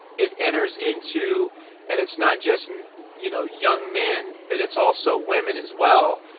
it enters into and it's not just you know young men, but it's also women as well.